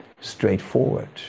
straightforward